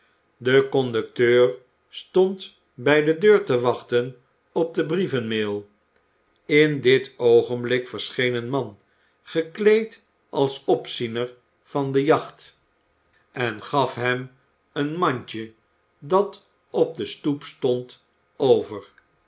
de conducteur stond bij de deur te wachten op de brievenmaal in dit oogenblik verscheen een man gekleed als opziener van de jacht en gaf hem een mandje dat op de stoep stond over